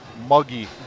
muggy